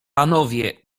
panowie